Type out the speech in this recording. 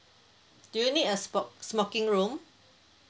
do you need a s~ smoking room